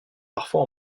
parfois